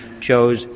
chose